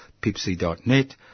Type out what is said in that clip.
pipsy.net